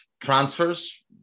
transfers